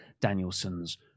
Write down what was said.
Danielson's